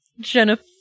Jennifer